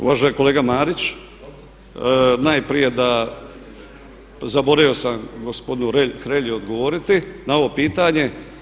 Uvaženi kolega Marić, najprije da zaboravio sam gospodinu Hrelji odgovoriti na ovo pitanje.